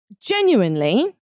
Genuinely